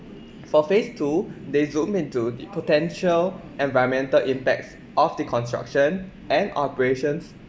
for phase two they zoom into the potential environmental impacts of the construction and operations